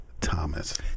Thomas